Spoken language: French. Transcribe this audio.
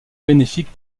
bénéfique